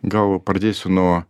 gal pradėsiu nuo